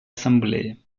ассамблеи